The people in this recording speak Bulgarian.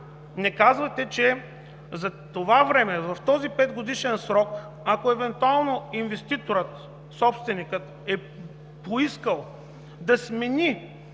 не казвате, че за това време, в този петгодишен срок, ако евентуално инвеститорът, собственикът е поискал да смени